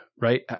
Right